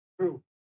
True